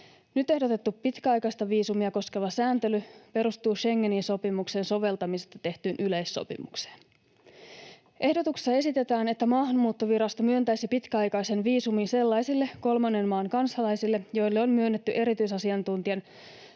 Nyt ehdotettu pitkäaikaista viisumia koskeva sääntely perustuu Schengenin sopimuksen soveltamisesta tehtyyn yleissopimukseen. Ehdotuksessa esitetään, että Maahanmuuttovirasto myöntäisi pitkäaikaisen viisumin sellaisille kolmannen maan kansalaisille, joille on myönnetty erityisasiantuntijan